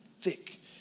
thick